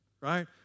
right